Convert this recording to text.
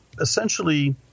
essentially